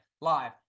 live